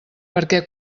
perquè